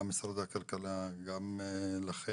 גם למשרד הכלכלה, גם לכם,